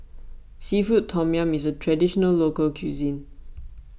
Seafood Tom Yum is a Traditional Local Cuisine